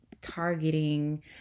targeting